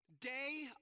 Day